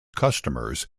customers